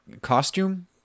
costume